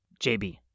JB